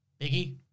Biggie